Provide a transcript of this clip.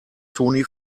toni